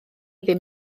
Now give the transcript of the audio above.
ddim